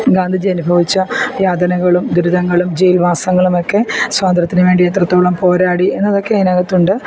ഗാന്ധിജി അനുഭവിച്ച യാതനകളും ദുരിതങ്ങളും ജെയിൽവാസങ്ങളും ഒക്കെ സ്വാതന്ത്ര്യത്തിനു വേണ്ടി എത്രത്തോളം പോരാടി എന്നതൊക്കെ അതിനകത്തുണ്ട്